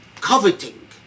coveting